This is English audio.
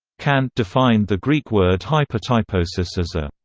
kant defined the greek word hypotyposis as a,